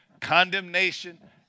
condemnation